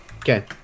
Okay